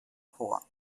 chor